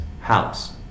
house